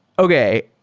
okay,